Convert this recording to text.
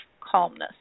calmness